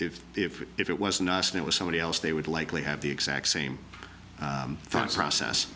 if if if it wasn't us and it was somebody else they would likely have the exact same thought process